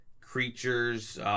creatures